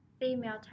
Female